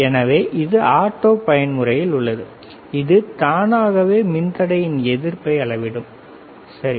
எனவே இது ஆட்டோ பயன்முறையில் உள்ளது இது தானாகவே மின்தடையின் எதிர்ப்பை அளவிடும் சரி